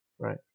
Right